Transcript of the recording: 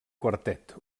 quartet